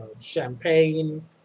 champagne